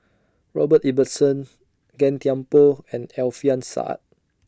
Robert Ibbetson Gan Thiam Poh and Alfian Sa'at